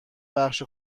بخش